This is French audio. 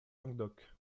languedoc